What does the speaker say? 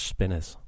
Spinners